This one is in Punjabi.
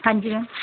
ਹਾਂਜੀ ਮੈਮ